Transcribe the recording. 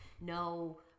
no